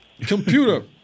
Computer